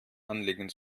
anlegen